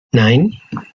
nine